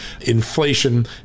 inflation